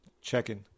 checking